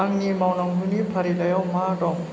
आंनि माावनांगौनि फारिलाइआव मा दं